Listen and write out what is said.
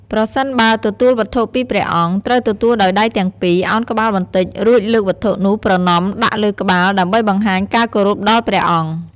ប្រសិនបើទទួលវត្ថុពីព្រះអង្គ ត្រូវទទួលដោយដៃទាំងពីរ ឱនក្បាលបន្តិច រួចលើកវត្ថុនោះប្រណម្យដាក់លើក្បាល ដើម្បីបង្ហាញការគោរពដល់ព្រះអង្គ។